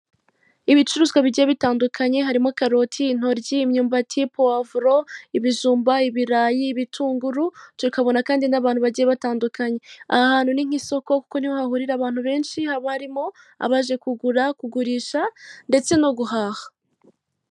Ibicuruzwa bijya bitandukanye harimo karoti, intoryi, imyumbati, powavuro, ibijumba, ibirayi, bitunguru, tukabona kandi n'abantu bagiye batandukanye. Aha hantu ni nk'isoko kuko niho hahurira abantu benshi haba harimo abaje kugura, kugurisha, ndetse no guhaha.